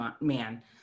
man